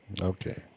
Okay